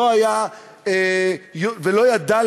ולא ידע,